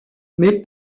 mais